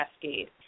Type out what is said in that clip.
cascade